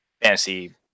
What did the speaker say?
fantasy